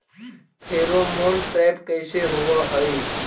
Pheromone trap कैसे होब हई?